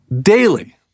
Daily